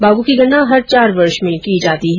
बाघों की गणना हर चार वर्ष में की जाती है